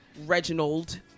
Reginald